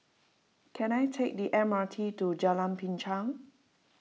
can I take the M R T to Jalan Binchang